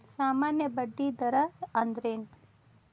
ಸಾಮಾನ್ಯ ಬಡ್ಡಿ ದರ ಅಂದ್ರೇನ?